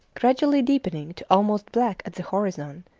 gradually deepening to almost black at the horizon,